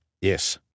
Yes